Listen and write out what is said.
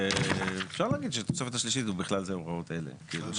אפשר להגיש בקשה להיתר למוסד רישוי ארצי ואפשר